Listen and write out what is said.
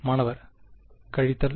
மாணவர் கழித்தல்